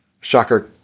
Shocker